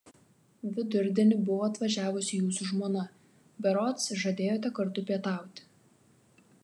vidurdienį buvo atvažiavusi jūsų žmona berods žadėjote kartu pietauti